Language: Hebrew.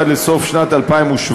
עד סוף שנת 2017,